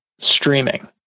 streaming